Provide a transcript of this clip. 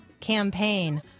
Campaign